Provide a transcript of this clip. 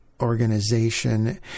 organization